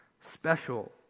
special